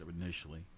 initially